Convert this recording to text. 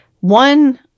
one